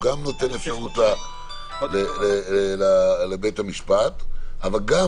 הוא גם נותן אפשרות לבית המשפט אבל גם